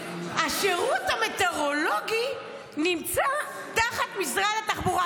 השירות המטאורולוגי נמצא תחת משרד התחבורה.